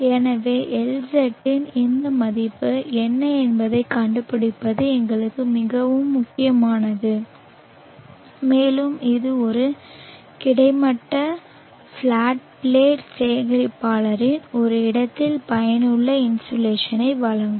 எனவே LZ இன் இந்த மதிப்பு என்ன என்பதைக் கண்டுபிடிப்பது எங்களுக்கு மிகவும் முக்கியமானது மேலும் இது ஒரு கிடைமட்ட பிளாட் பிளேட் சேகரிப்பாளரின் ஒரு இடத்தில் பயனுள்ள இன்சோலேஷனை வழங்கும்